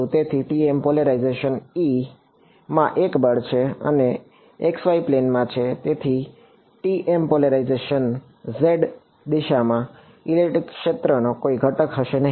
તેથી TM Z દિશામાં electric ક્ષેત્રનો કોઈ ઘટક હશે નહીં